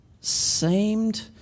seemed